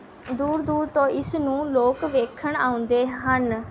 ਦੂਰ ਦੂਰ ਤੋਂ ਇਸ ਨੂੰ ਲੋਕ ਵੇਖਣ ਆਉਂਦੇ ਹਨ